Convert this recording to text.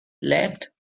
lädt